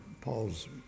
Paul's